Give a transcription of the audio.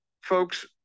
folks